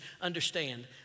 understand